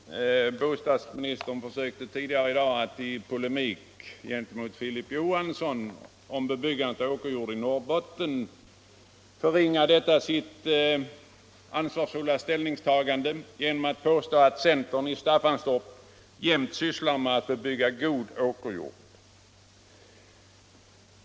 Herr talman! Bostadsministern försökte tidigare i dag i polemik gentemot Filip Johansson om bebyggandet av åkerjord i Norrbotten förringa sitt ansvarsfyllda ställningstagande genom att påstå att centern i Staffanstorp jämt sysslar med att bebygga god åkerjord.